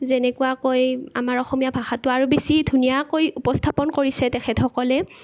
যেনেকুৱাকৈ আমাৰ অসমীয়া ভাষাটো আৰু বেছি ধুনীয়াকৈ উপস্থাপন কৰিছে তেখেতসকলে